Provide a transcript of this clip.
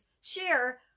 share